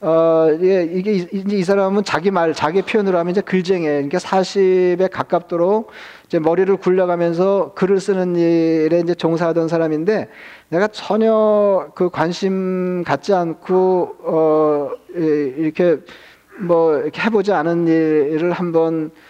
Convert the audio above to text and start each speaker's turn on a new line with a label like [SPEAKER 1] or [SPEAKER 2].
[SPEAKER 1] 어, 예, 이게 이- 이제 이 사람은 자기 말, 자기 표현으로 하면 이제 글쟁이에요. 그러니까 40에 가깝도록 이제 머리를 굴려가면서 글을 쓰는 일에 이제 종사하던 사람인데 내가 전혀 그 관심 갖지 않고, 어, 예, 이렇게 뭐 이렇게 해보지 않은 일을 한번